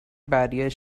barrier